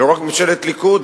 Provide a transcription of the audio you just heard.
לא רק ממשלת ליכוד,